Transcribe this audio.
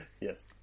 Yes